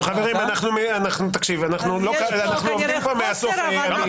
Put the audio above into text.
חברים, אנחנו עובדים פה מהסוף להתחלה.